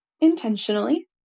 intentionally